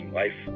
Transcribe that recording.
life